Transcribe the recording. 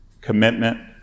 commitment